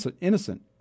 innocent